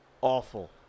awful